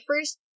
first